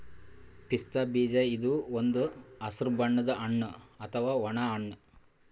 ಪಿಸ್ತಾ ಬೀಜ ಇದು ಒಂದ್ ಹಸ್ರ್ ಬಣ್ಣದ್ ಹಣ್ಣ್ ಅಥವಾ ಒಣ ಹಣ್ಣ್